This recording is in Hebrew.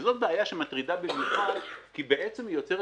וזאת בעיה שמטרידה במיוחד כי היא יוצרת